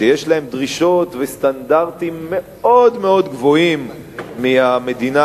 שיש להם דרישות וסטנדרטים מאוד מאוד גבוהים מהמדינה